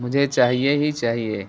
مجھے چاہیے ہی چاہیے